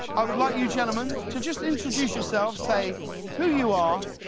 i'd like you gentlemen to just introduce yourself, say who you are,